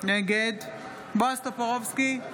נגד בועז טופורובסקי,